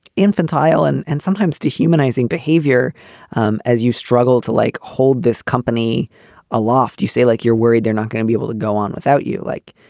infantile and and sometimes dehumanizing behavior um as you struggle to like hold this company aloft. you say like you're worried they're not going to be able go on without you. like,